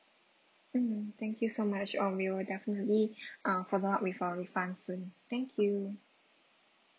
mm thank you so much um we will definitely uh follow up with our refund soon thank you